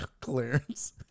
clearance